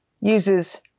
uses